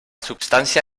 substància